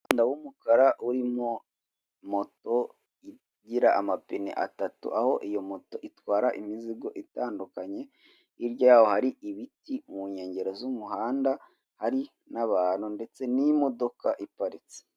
Umuhanda w'umukara, urimo moto igira amapine atatu aho iyo moto itwara imizigo itandukanye, hiryaho hari ibiti mu nkengero z'umuhanda, hari n'abantu ndetse n'imodoka iparitse.